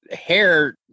hair